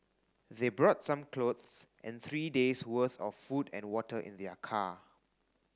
they brought some clothes and three days worth of food and water in their car